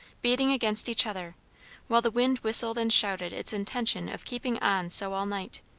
beating against each other while the wind whistled and shouted its intention of keeping on so all night.